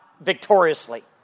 victoriously